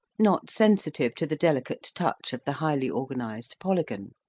not sensitive to the delicate touch of the highly organized polygon.